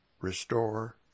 restore